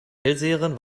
hellseherin